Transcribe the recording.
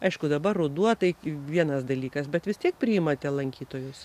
aišku dabar ruduo tai vienas dalykas bet vis tiek priimate lankytojus